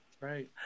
right